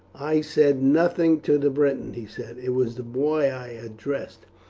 i said nothing to the briton, he said it was the boy i addressed.